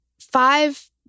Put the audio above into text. five